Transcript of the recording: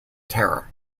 terror